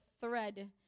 thread